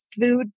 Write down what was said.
food